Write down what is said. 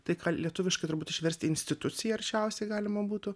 tai ką lietuviškai turbūt išversti institucija arčiausiai galima būtų